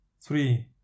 Three